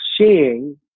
seeing